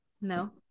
No